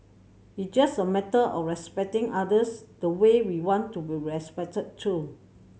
it's just a matter of respecting others the way we want to be respected too